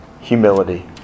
Humility